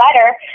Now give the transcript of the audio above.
better